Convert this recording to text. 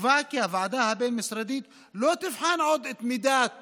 נקבע כי הוועדה הבין-משרדית לא תבחן עוד את מידת